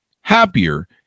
Happier